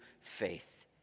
faith